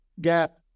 gap